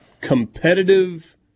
competitive